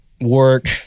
work